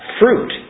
Fruit